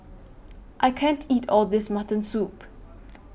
I can't eat All of This Mutton Soup